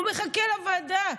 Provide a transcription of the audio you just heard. הוא מחכה לוועדה.